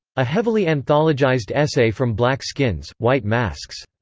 a heavily anthologized essay from black skins, white masks.